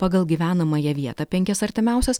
pagal gyvenamąją vietą penkias artimiausias